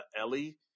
Ellie